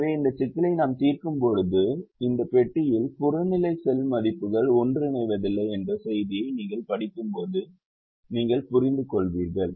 எனவே இந்த சிக்கலை நாம் தீர்க்கும்போது இந்த பெட்டியில் புறநிலை செல் மதிப்புகள் ஒன்றிணைவதில்லை என்ற செய்தியை நீங்கள் படிக்கும்போது நீங்கள் புரிந்துகொள்வீர்கள்